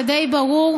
זה די ברור,